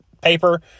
paper